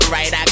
Right